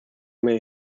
may